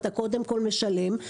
אתה קודם כל משלם.